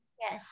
Yes